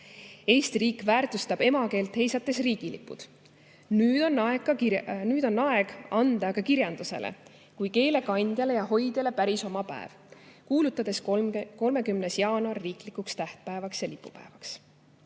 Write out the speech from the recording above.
Eesti riik väärtustab emakeelt, heisates riigilipud. Nüüd on aeg anda ka kirjandusele kui keele kandjale ja hoidjale päris oma päev, kuulutades 30. jaanuari riiklikuks tähtpäevaks ja lipupäevaks.